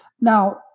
Now